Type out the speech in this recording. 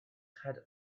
had